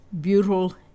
butyl